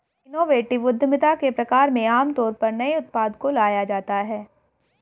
innovative उद्यमिता के प्रकार में आमतौर पर नए उत्पाद को लाया जाता है